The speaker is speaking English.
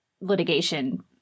litigation